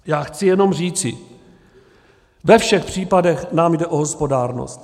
Já chci jenom říci, ve všech případech nám jde o hospodárnost.